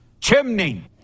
chimney